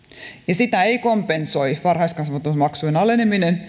sitä ei kompensoi varhaiskasvatusmaksujen aleneminen